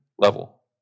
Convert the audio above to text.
level